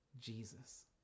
Jesus